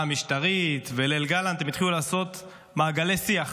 המשטרית וליל גלנט הם התחילו לעשות מעגלי שיח.